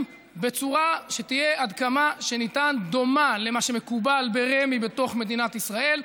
בצורה שתהיה עד כמה שניתן דומה למה שמקובל ברמ"י בתוך מדינת ישראל,